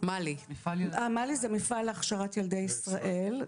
מל"י זה מפעל להכשרת ילדי ישראל.